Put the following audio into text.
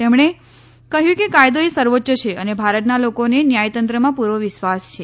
તેમણે કહયું કે કાયદો એ સર્વોચ્ય છે અને ભારતના લોકોને ન્યાયતંત્રમાં પુરો વિશ્વાસ છે